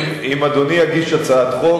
אם אדוני יגיש הצעת חוק,